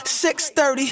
6.30